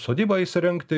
sodybą įsirengti